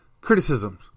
criticisms